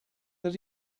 that